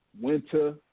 Winter